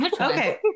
okay